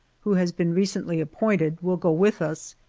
who has been recently appointed, will go with us,